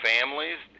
Families